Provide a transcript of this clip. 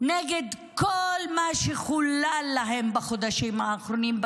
נגד כל מה שחולל להם בחודשים האחרונים,